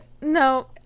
no